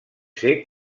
ser